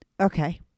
Okay